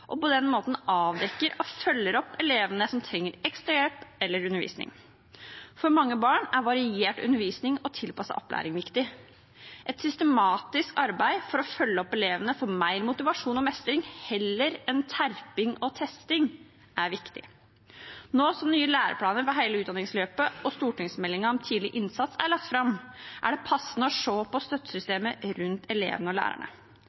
og på den måten avdekker og følger opp elevene som trenger ekstra hjelp eller undervisning. For mange barn er variert undervisning og tilpasset opplæring viktig. Et systematisk arbeid for å følge opp elevene for mer motivasjon og mestring heller enn terping og testing er viktig. Nå som nye læreplaner for hele utdanningsløpet og stortingsmeldingen om tidlig innsats er lagt fram, er det passende å se på støttesystemet rundt elevene og lærerne.